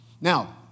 Now